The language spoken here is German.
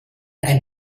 ein